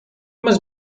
must